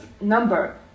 number